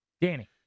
Danny